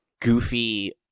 goofy